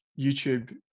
YouTube